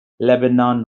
lebanon